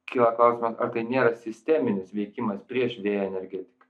kyla klausimas ar tai nėra sisteminis veikimas prieš vėjo energetiką